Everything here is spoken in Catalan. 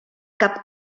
cap